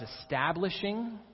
establishing